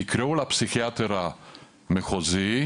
תקראו לפסיכיאטר המחוזי,